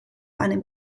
einem